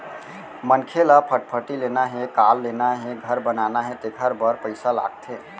मनखे ल फटफटी लेना हे, कार लेना हे, घर बनाना हे तेखर बर पइसा लागथे